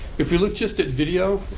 if we look just at video,